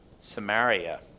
Samaria